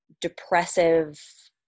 depressive